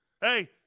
Hey